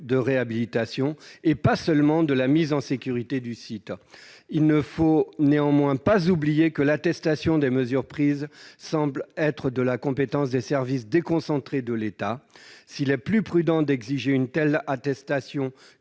de réhabilitation, et pas seulement de la mise en sécurité du site. Il ne faut néanmoins pas oublier que l'attestation des mesures prises semble être de la compétence des services déconcentrés de l'État. S'il est plus prudent d'exiger une telle attestation